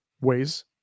ways